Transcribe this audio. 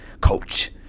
coach